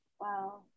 wow